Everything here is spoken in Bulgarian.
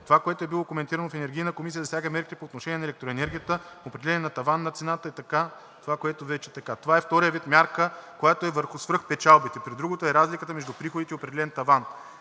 Това, което е било коментирано в Енергийната комисия, засяга мерките по отношение на електроенергията – определяне на таван на цената. Това е вторият вид мярка, която е върху свръхпечалбите. При другото е разликата между приходите и определен таван.